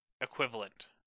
equivalent